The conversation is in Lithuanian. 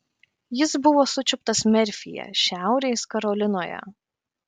jis buvo sučiuptas merfyje šiaurės karolinoje